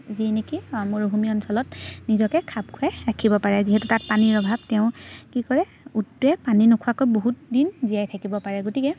যি নেকি মৰুভূমি অঞ্চলত নিজকে খাপ খুৱাই ৰাখিব পাৰে যিহেতু তাত পানীৰ অভাৱ তেওঁ কি কৰে উটটোৱে পানী নোখোৱাকৈ বহুত দিন জীয়াই থাকিব পাৰে গতিকে